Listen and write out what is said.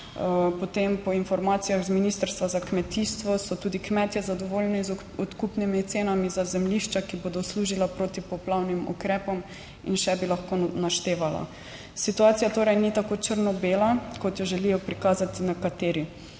Potem po informacijah z Ministrstva za kmetijstvo so tudi kmetje zadovoljni z odkupnimi cenami za zemljišča, ki bodo služila protipoplavnim ukrepom in še bi lahko naštevala. Situacija torej ni tako črno bela kot jo želijo prikazati nekateri.